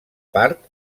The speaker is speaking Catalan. part